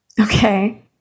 Okay